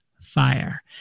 fire